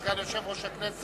תודה רבה לסגן יושב-ראש הכנסת,